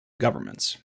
governments